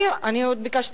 לא, לא, אני קורא אותך